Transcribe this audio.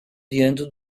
diante